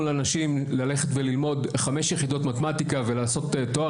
לאנשים ללכת וללמוד 5 יחידות מתמטיקה וללכת ולעשות תואר